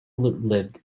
lived